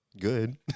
good